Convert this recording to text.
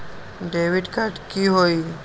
Debit card की होई?